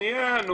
שנייה.